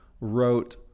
wrote